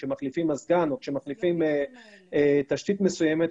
כאשר מחליפים מזגן או תשתית מסוימת,